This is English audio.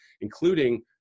including